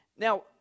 Now